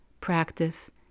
practice